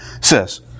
says